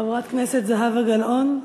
חברת הכנסת זהבה גלאון.